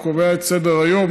הוא קובע את סדר-היום.